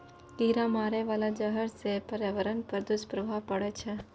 कीरा मारै बाला जहर सँ पर्यावरण पर दुष्प्रभाव पड़ै छै